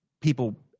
People